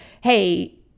hey